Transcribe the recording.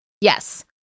Yes